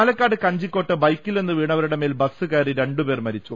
പാലക്കാട് കഞ്ചിക്കോട് ബൈക്കിൽ നിന്ന് വീണവരുടെ മേൽ ബസ്സ് കയറി രണ്ടുപേർ മരിച്ചു